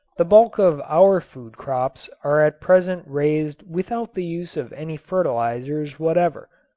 the bulk of our food crops are at present raised without the use of any fertilizers whatever.